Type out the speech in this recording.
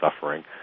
suffering